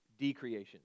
decreation